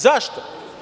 Zašto?